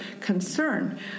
concern